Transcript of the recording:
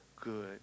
good